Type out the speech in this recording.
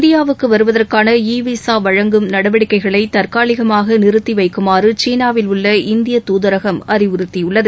இந்தியாவுக்கு வருவதற்கான e visa வழங்கும் நடவடிக்கைகளை தற்காலிகமாக நிறுத்தி வைக்குமாறு சீனாவில் உள்ள இந்தியத் தூதரகம் அறிவுறுத்தியுள்ளது